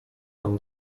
nam